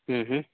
ହୁଁ ହୁଁ